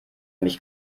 mich